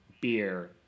beer